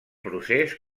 procés